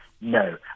no